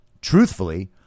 Truthfully